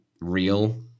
real